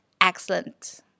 excellent